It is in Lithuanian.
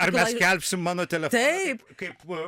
ar mes skelbsim mano telefoną kaip